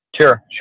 Sure